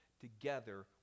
together